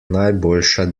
najboljša